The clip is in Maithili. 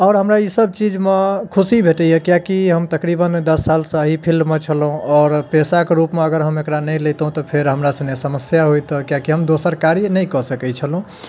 आओर हमरा ई सभ चीजमे खुशी भेटैए किएकि हम तकरीबन दश सालसँ एहि फील्डमे छलहुँ आओर पेसाके रूपमे अगर हम एकरा नहि लितहुँ तऽ फेर हमरा सङ्गे समस्या होइत किएकि हम दोसर कार्य नहि कऽ सकैत छलहुँ